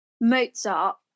Mozart